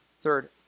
Third